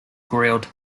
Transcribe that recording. grilled